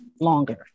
longer